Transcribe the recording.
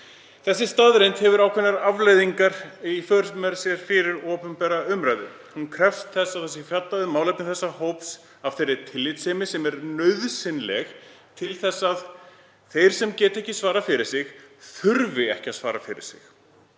Þessi staðreynd hefur ákveðnar afleiðingar í för með sér fyrir opinbera umræðu. Hún krefst þess að fjallað sé um málefni þessa hóps af þeirri tillitssemi sem er nauðsynleg til að þeir sem geta ekki svarað fyrir sig þurfi ekki að svara fyrir sig.